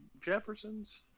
Jeffersons